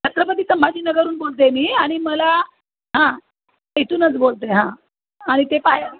छत्रपती संंभाजी नगर हून बोलतोय मी आणि मला हां तिथूनच बोलतेय हां आणि ते पाय